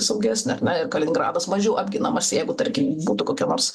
saugesnė na ir kaliningradas mažiau apginamas jeigu tarkim būtų kokie nors